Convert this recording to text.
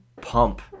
pump